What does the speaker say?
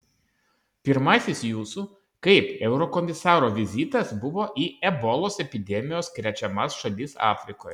pirmasis jūsų kaip eurokomisaro vizitas buvo į ebolos epidemijos krečiamas šalis afrikoje